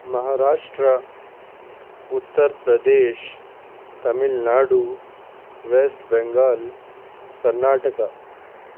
Maharashtra Uttar Pradesh Tamil Nadu West Bengal Karnataka